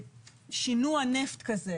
ששינוע נפט כזה